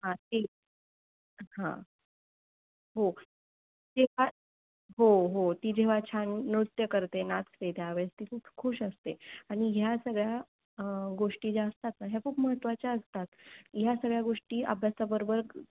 हां ते हां हो तेव्हा हो हो ती जेव्हा छान नृत्य करते नाचते त्यावेळेस ती खूप खूष असते आणि ह्या सगळ्या गोष्टी ज्या असतात ना ह्या खूप महत्त्वाच्या असतात ह्या सगळ्या गोष्टी अभ्यासाबरोबर